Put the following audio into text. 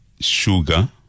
sugar